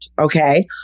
Okay